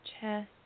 chest